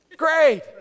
great